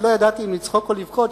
שלא ידעתי אם לצחוק או לבכות,